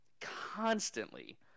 Constantly